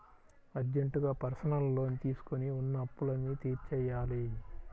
అర్జెంటుగా personal loan తీసుకొని ఉన్న అప్పులన్నీ తీర్చేయ్యాలి